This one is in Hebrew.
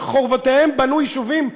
על חורבותיהם בנו יישובים ערביים,